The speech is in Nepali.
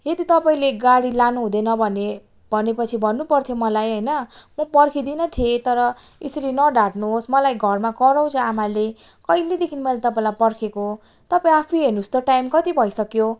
यदि तपाईँले गाडी लानु हुँदैन भने भने पछि भन्नु पर्थ्यो मलाई होइन म पर्खिदिनँ थिएँ तर यसरी नढाट्नु होस् मलाई घरमा कराउँछ आमाले कहिलेदेखि मैले तपाईँलाई पर्खेको तपाईँ आफै हेर्नु होस् त टाइम कति भइसक्यो